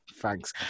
Thanks